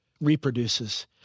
reproduces